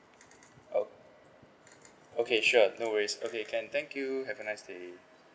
o~ okay sure no worries okay can thank you have a nice day